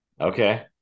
Okay